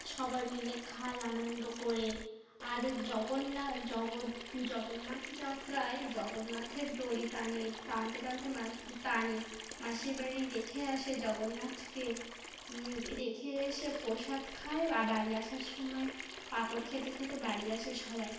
সবাই মিলে খায় আনন্দ করে আর জগন্না জগন জগন্নাথ যাত্রায় জগন্নাথের দড়ি টানে টানতে টানতে মাস টানে মাসির বাড়ি রেখে আসে জগন্নাথকে রেখে এসে প্রসাদ খায় আর বাড়ি আসার সময় পাঁপড় খেতে খেতে বাড়ি আসে সবাই